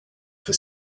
for